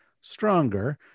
stronger